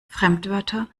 fremdwörter